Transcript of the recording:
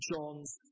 John's